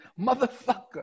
motherfucker